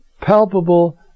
palpable